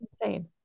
insane